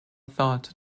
thought